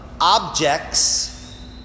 objects